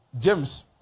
James